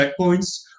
checkpoints